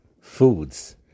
foods